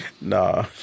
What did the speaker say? Nah